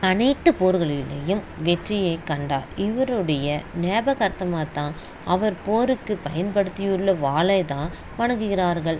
அனைத்துப் போர்களிலேயும் வெற்றியைக் கண்டார் இவருடைய ஞாபகார்த்தமாக தான் அவர் போருக்குப் பயன்படுத்தியுள்ள வாளைத் தான் வணங்குகிறார்கள்